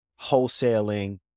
wholesaling